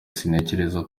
sintekereza